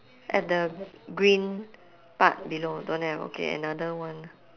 at the green part below don't have okay another one